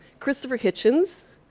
christopher hitchens.